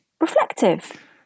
reflective